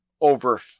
over